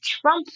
Trump